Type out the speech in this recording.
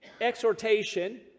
exhortation